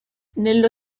nello